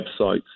websites